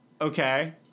Okay